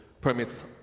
permits